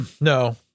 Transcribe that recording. No